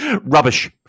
Rubbish